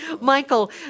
Michael